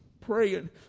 praying